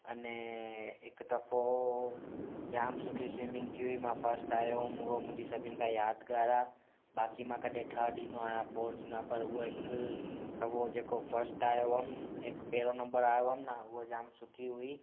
अने हिकु दफ़ो जाम सुठी स्विमिंग थी हुई मां फस्ट आहियो हुउमि उहा मुंहिंजी सभिनि खां यादगारु आहे बाक़ी मां कॾहिं थर्ड ईंदो आहियां फोर्थ ईंदो आहियां पर उहा हिकु त उहो जेको फस्ट आहियो हुउमि हिकु पहिरों नंबर आहियो हुउमि न उहा जाम सुठी हुई